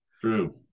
True